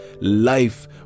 Life